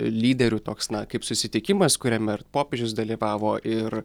lyderių toks na kaip susitikimas kuriame ir popiežius dalyvavo ir